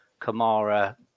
Kamara